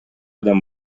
адам